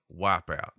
Wipeout